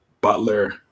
Butler